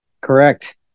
Correct